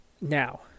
Now